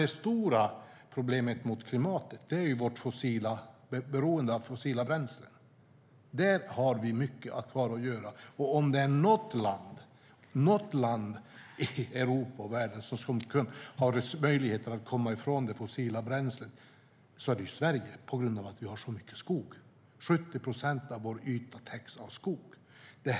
Det stora problemet för klimatet är vårt beroende av fossila bränslen. Där har vi mycket kvar att göra. Om det är något land i Europa och världen som har möjligheter att komma ifrån det fossila bränslet är det ju Sverige på grund av att vi har så mycket skog. 70 procent av vår yta täcks av skog.